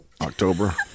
October